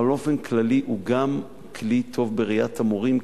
אבל באופן כללי הוא גם כלי טוב בראיית המורים,